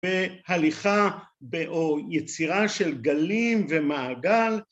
בהליכה או יצירה של גלים ומעגל.